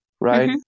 right